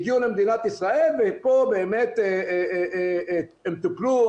הגיעו למדינת ישראל ופה באמת הן טופלו.